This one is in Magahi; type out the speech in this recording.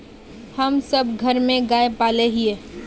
हम सब घर में गाय पाले हिये?